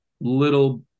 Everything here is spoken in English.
little